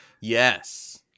Yes